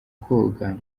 koga